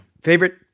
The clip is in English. Favorite